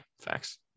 Facts